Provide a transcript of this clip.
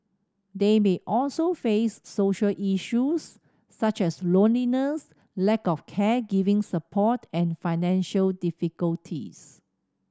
they may also face social issues such as loneliness lack of caregiver support and financial difficulties